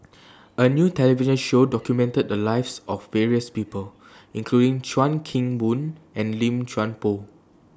A New television Show documented The Lives of various People including Chuan Keng Boon and Lim Chuan Poh